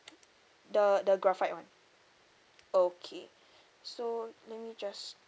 the the graphite one okay so let me just